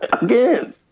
Again